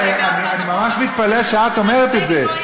אני ממש מתפלא שאת אומרת את זה,